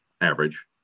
average